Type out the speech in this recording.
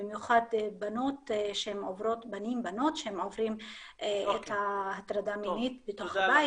במיוחד בנים ובנות שעוברים הטרדה מינית בתוך הבית,